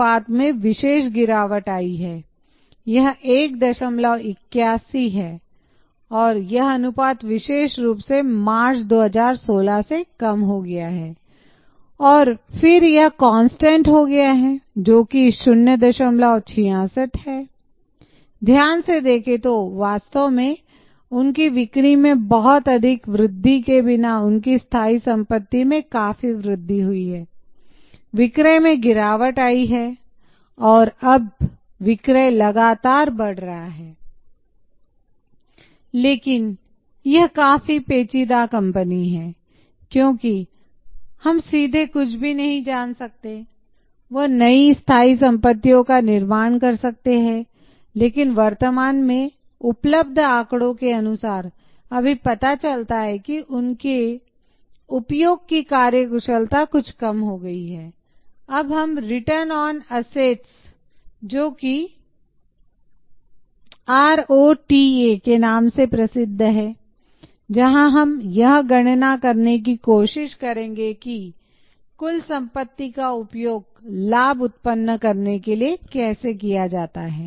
अनुपात में विशेष गिरावट आई है यह181 हां और यह अनुपात विशेष रूप से मार्च 2016 से कम हो गया है और फिर यह कांस्टेंट हो गया है जो कि066 है ध्यान से देखें तो वास्तव में उनकी बिक्री में बहुत अधिक वृद्धि के बिना उनकी स्थाई संपत्ति में काफी वृद्धि हुई है विक्रय में गिरावट आई है और अब विक्रय लगातार बढ़ रहा है लेकिन यह काफी पेचीदा कंपनी है इसलिए हम सीधे कुछ भी नहीं जान सकते वह नई स्थाई संपत्तियों का निर्माण कर सकते हैं लेकिन वर्तमान में उपलब्ध आंकड़ों के अनुसार अभी पता चलता है कि उनके उपयोग की कार्यकुशलता कुछ कम हो गई है अब हम रिटर्न ऑन असेट्स जोकि ROTA के नाम से प्रसिद्ध है जहां हम यह गणना करने की कोशिश करेंगे की कुल संपत्ति का उपयोग लाभ उत्पन्न करने के लिए कैसे किया जाता है